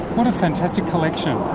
what a fantastic collection.